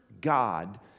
God